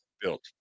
Built